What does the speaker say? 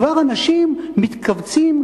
כבר אנשים מתכווצים,